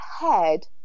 head